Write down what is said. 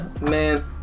man